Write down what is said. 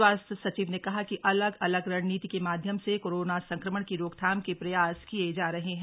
स्वास्थ्य सचिव ने कहा कि अलग अलग रणनीति के माध्यम से कोरोना संक्रमण की रोकथाम के प्रयास किये जा रहे हैं